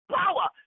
power